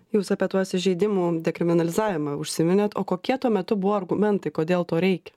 jūs apie tuos įžeidimų dekriminalizavimą užsiminėt o kokie tuo metu buvo argumentai kodėl to reik